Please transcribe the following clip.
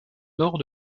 nord